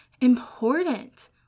important